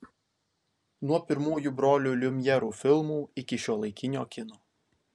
nuo pirmųjų brolių liumjerų filmų iki šiuolaikinio kino